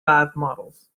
models